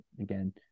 again